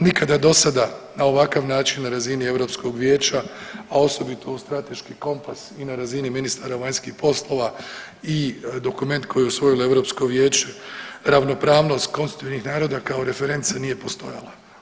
Nikada do sada na ovakav način na razini Europskog Vijeća, a osobito u strateški kompas i na razini ministara vanjskih poslova i dokument koji je usvojilo Europsko Vijeće ravnopravnost konstitutivnih naroda kao referenca nije postojala.